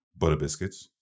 Butterbiscuits